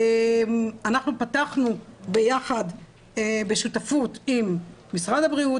אנחנו פתחנו בשותפות עם משרד הבריאות,